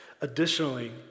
Additionally